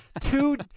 two